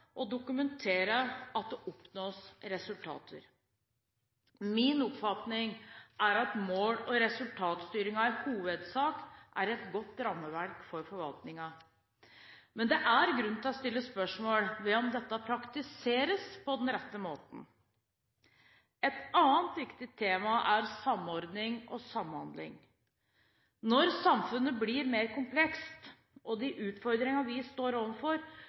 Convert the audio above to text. og dokumentere at det oppnås resultater.» Min oppfatning er at mål- og resultatstyring i hovedsak er et godt rammeverk for forvaltningen. Men det er grunn til å stille spørsmål ved om dette praktiseres på den rette måten. Et annet viktig tema er samordning og samhandling. Når samfunnet blir mer komplekst, og de utfordringene vi står